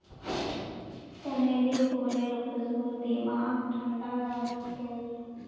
चमेली फूलेर खुशबू दिमागक ठंडा राखछेक